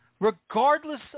Regardless